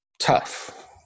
tough